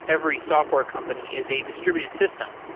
every software company is a distributed system,